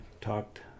talked